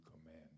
command